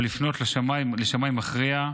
או לפנות לשמאי מכריע,